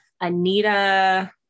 Anita